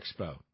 Expo